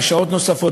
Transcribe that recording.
בשעות נוספות,